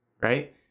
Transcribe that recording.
right